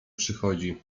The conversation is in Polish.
przychodzi